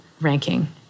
ranking